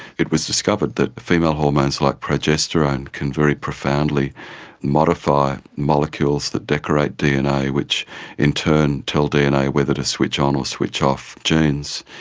it was discovered that female hormones like progesterone can very profoundly modify molecules that decorate dna which in turn tell dna whether to switch on or switch off genes.